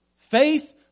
Faith